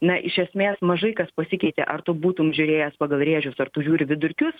na iš esmės mažai kas pasikeitė ar tu būtum žiūrėjęs pagal rėžius ar tu žiūri vidurkius